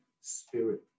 spirit